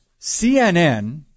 CNN